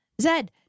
zed